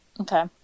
Okay